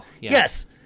Yes